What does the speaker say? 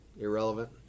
irrelevant